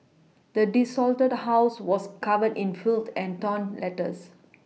the desolated house was covered in filth and torn letters